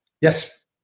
Yes